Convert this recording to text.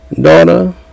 daughter